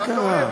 מה קרה?